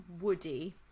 woody